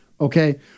Okay